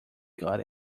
got